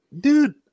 Dude